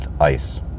ice